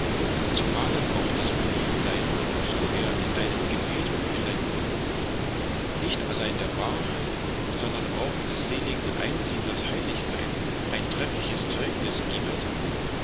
zumalen auch das brieflein so er in deinem gebetbüchlein gefunden nicht allein der wahrheit sondern auch des seligen einsiedlers heiligkeit ein treffliches zeugnüs gibet